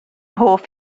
hoff